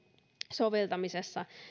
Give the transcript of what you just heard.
soveltamisessa